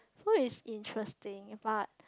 so it's interesting but